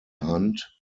hunt